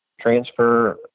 transfer